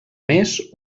més